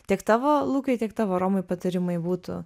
tiek tavo lukai tiek tavo romai patarimai būtų